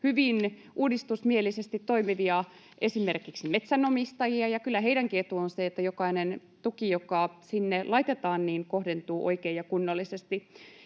hyvin uudistusmielisesti toimivia esimerkiksi metsänomistajia, ja kyllä heidänkin etunsa on se, että jokainen tuki, joka sinne laitetaan, kohdentuu oikein ja kunnollisesti.